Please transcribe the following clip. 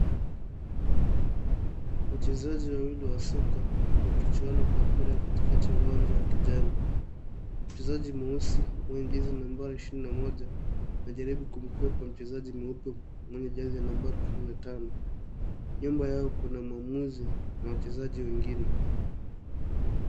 Wachezaji wawili wa soka wakichuana kwa mpira katikati ya uwanja wa kijani. Mchezaji mweusi mwenye jezi nambari ishirini na moja anajaribu kumkwepa mchezaji mweupe mwenye jezi nambari kumi na tano. Nyuma yao kuna mwamuzi na wachezaji wengine.